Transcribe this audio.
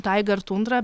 taiga ir tundra